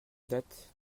date